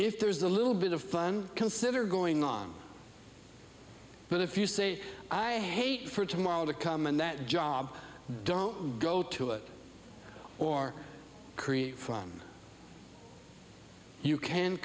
if there's a little bit of fun consider going on but if you say i hate for tomorrow to come and that job don't go to it or create fun you can